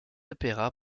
opéra